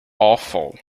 awful